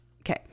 Okay